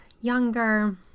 younger